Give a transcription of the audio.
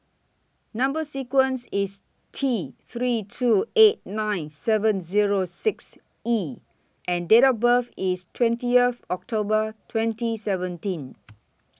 Number sequence IS T three two eight nine seven Zero six E and Date of birth IS twenty October twenty seventeen